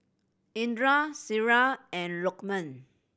Indra Syirah and Lokman